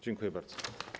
Dziękuję bardzo.